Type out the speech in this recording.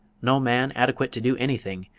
no man adequate to do anything,